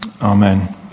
Amen